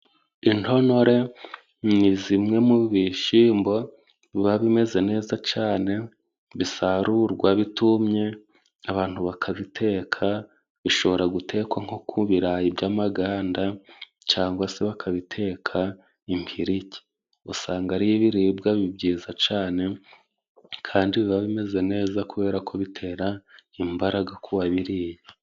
Intonore, ni zimwe mu bishyimbo biba bimeze neza cyane, bisarurwa bitumye, abantu bakabiteka, bishobora gutekwa nko ku birayi by'amaganda, cyangwa se bakabiteka impirike. Usanga ari ibiribwa byiza cyane, kandi biba bimeze neza, kubera ko bitera imbaraga kuwabiriye.